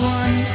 one